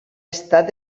estat